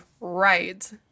right